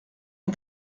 les